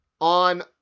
on